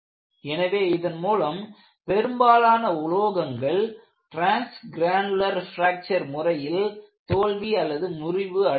எனவே இதன் மூலம் பெரும்பாலான உலோகங்கள் ட்ரான்ஸ்க்ரானுலர் பிராக்சர் முறையில் தோல்வி முறிவு அடைகின்றது